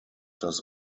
das